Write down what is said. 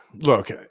Look